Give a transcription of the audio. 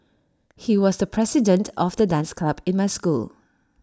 he was the president of the dance club in my school